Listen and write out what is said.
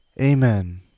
amen